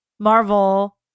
Marvel